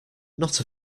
not